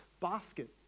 basket